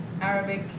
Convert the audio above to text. Arabic